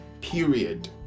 period